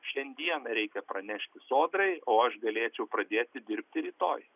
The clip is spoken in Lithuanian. šiandieną reikia pranešti sodrai o aš galėčiau pradėti dirbti rytoj